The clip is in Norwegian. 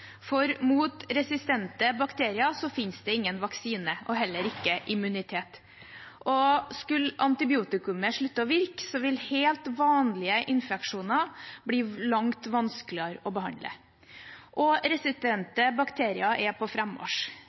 for mot resistente bakterier finnes det ingen vaksine og heller ikke immunitet. Skulle antibiotikumet slutte å virke, vil helt vanlige infeksjoner bli langt vanskeligere å behandle. Resistente bakterier er på